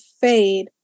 fade